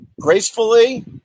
gracefully